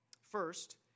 First